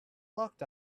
locked